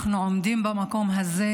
אנחנו עומדים במקום הזה,